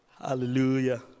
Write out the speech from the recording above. hallelujah